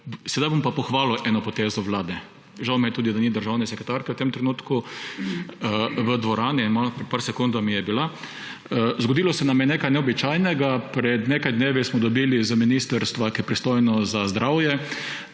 Sedaj bom pa pohvalil eno potezo vlade. Žal mi je tudi, da ni državne sekretarke v tem trenutku v dvorani. Pred nekaj sekundami je bila. Zgodilo se nam je nekaj neobičajnega. Pred nekaj dnevi smo dobili z ministrstva, ki je pristojno za zdravje,